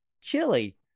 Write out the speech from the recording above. Chili